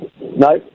No